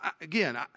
Again